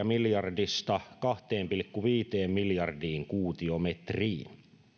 miljardista kahteen pilkku viiteen miljardiin kuutiometriin